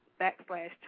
backslash